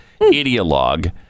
ideologue